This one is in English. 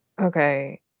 Okay